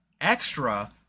extra